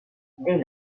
dès